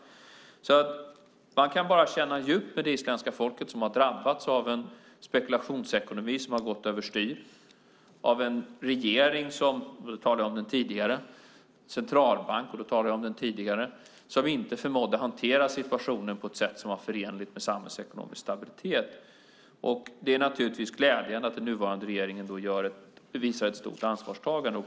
Man kan bara känna djupt för det isländska folket som har drabbats av en spekulationsekonomi som har gått över styr och av en regering och en centralbank - nu talar jag om de tidigare - som inte förmådde hantera situationen på ett sätt som var förenligt med samhällsekonomisk stabilitet. Det är naturligtvis glädjande att den nuvarande regeringen visar ett stort ansvarstagande.